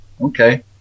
okay